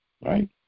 right